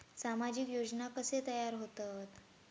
सामाजिक योजना कसे तयार होतत?